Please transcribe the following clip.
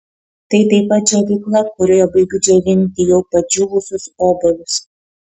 tai taip pat džiovykla kurioje baigiu džiovinti jau padžiūvusius obuolius